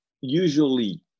usually